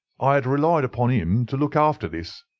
i had relied upon him to look after this.